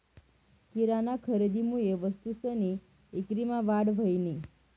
किराना खरेदीमुये वस्तूसनी ईक्रीमा वाढ व्हयनी